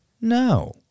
No